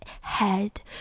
head